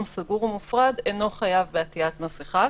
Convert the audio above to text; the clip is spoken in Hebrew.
סגור ומופרד אינו חייב בעטיית מסיכה.